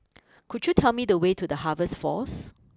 could you tell me the way to the Harvest Force